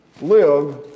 live